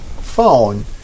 phone